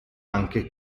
anche